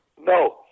No